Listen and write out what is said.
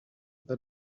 than